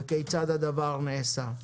וכיצד הדבר נעשה?